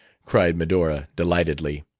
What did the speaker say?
cried medora delightedly.